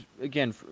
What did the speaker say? again